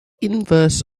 inverse